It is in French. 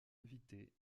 invités